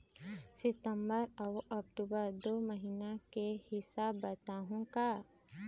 सितंबर अऊ अक्टूबर दू महीना के हिसाब बताहुं का?